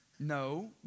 No